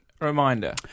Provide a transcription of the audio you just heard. reminder